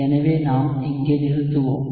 எனவே நாம் இங்கே நிறுத்துவோம்